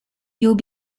you’ve